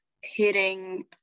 hitting